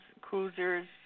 cruisers